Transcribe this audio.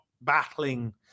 battling